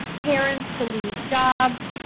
parents to lose jobs,